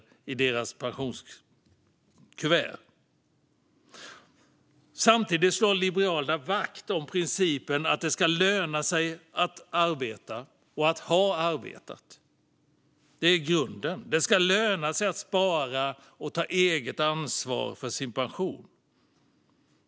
Liberalerna slår samtidigt vakt om principen att det ska löna sig att arbeta och att ha arbetat. Det är grunden. Det ska löna sig att spara och ta eget ansvar för sin pension.